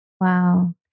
Wow